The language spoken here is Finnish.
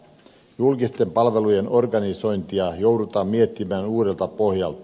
julkisten palvelujen organisointia joudutaan miettimään uudelta pohjalta